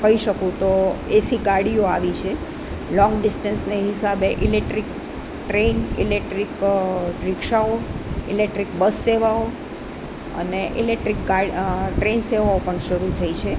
કહી શકું તો એસી ગાડીઓ આવી છે લોંગ ડિસ્ટન્સને હિસાબે ઇલેટ્રીક ટ્રેન ઈલેટ્રીક રિક્ષાઓ ઈલેટ્રીક બસ સેવાઓ અને ઈલેટ્રીક કાય ટ્રેન સેવાઓ પણ શરૂ થઈ છે